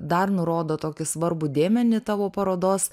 dar nurodo tokį svarbų dėmenį tavo parodos